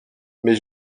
mais